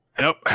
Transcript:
Nope